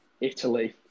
Italy